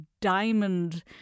diamond